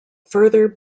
further